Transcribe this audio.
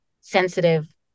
sensitive